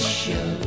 show